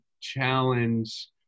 challenge